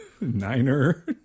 niner